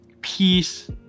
peace